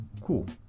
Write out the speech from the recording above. cool